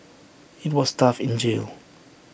IT was tough in jail